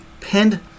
pinned